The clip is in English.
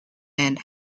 and